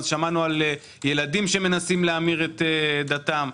שמענו על ילדים שמנסים להמיר דתם.